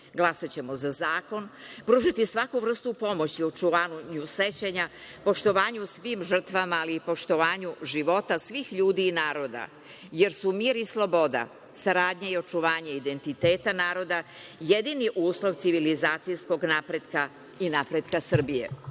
glasaćemo za zakon, pružiti svaku vrstu pomoći u očuvanju sećanja, poštovanju svim žrtvama, ali i poštovanju života svih ljudi i naroda, jer su mir i sloboda, saradnja i očuvanje identiteta naroda jedini uslov civilizacijskog napretka i napretka Srbije.U